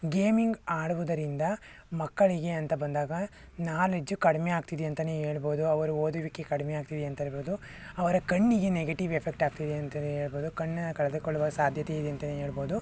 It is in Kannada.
ಗೇಮಿಂಗ್ ಆಡುವುದರಿಂದ ಮಕ್ಕಳಿಗೆ ಅಂತ ಬಂದಾಗ ನಾಲೇಜು ಕಡಿಮೆ ಆಗ್ತಿದೆ ಅಂತಲೇ ಹೇಳ್ಬೋದು ಅವರ ಓದುವಿಕೆ ಕಡಿಮೆ ಆಗ್ತಿದೆ ಅಂತ ಹೇಳ್ಬೋದು ಅವರ ಕಣ್ಣಿಗೆ ನೆಗೆಟಿವ್ ಎಫೆಕ್ಟಾಗ್ತಿದೆ ಅಂತಲೇ ಹೇಳ್ಬೋದು ಕಣ್ಣನ್ನು ಕಳೆದುಕೊಳ್ಳುವ ಸಾಧ್ಯತೆ ಇದೆ ಅಂತಲೇ ಹೇಳ್ಬೋದು